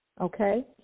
Okay